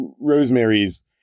Rosemary's